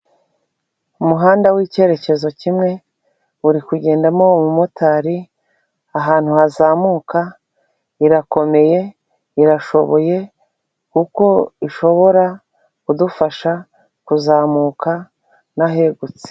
Umuhanda w'icyerekezo kimwe uri kugendamo umumotari ahantu hazamuka, irakomeye, irashoboye kuko ishobora kudufasha kuzamuka n'ahegutse.